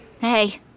Hey